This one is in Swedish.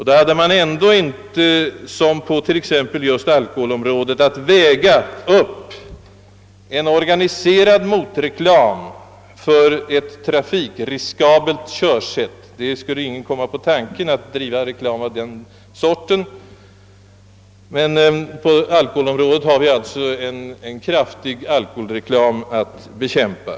Då hade man ändå inte — Som t.ex. just på alkoholområdet — att väga upp en organiserad motreklam för ett trafikriskabelt körsätt; ingen skulle f. ö. komma på tanken att driva reklam av den sorten. På detta område har vi däremot en kraftig alkoholreklam att bekämpa.